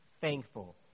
thankful